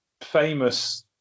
famous